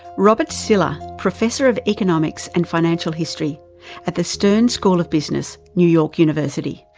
robert sylla, professor of economics and financial history at the stern school of business, new york university.